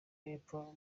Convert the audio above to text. y’epfo